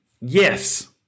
Yes